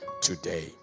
today